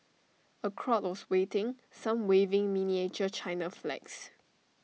A crowd was waiting some waving miniature China flags